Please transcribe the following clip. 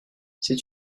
c’est